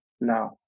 now